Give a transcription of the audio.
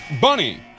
Bunny